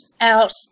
out